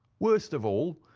worst of all,